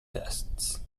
tests